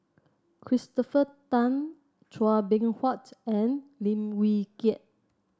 Christopher Tan Chua Beng Huat and Lim Wee Kiak